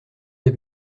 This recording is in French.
des